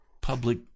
public